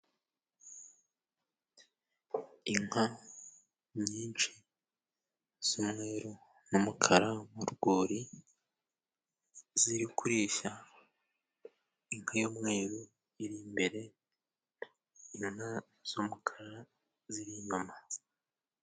Inka nyinshi z'umweru n'umukara mu rwuri, ziri kurisha, inka y'umweru iri imbere, inka z'umukara ziri inyuma.